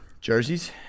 Jerseys